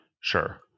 Sure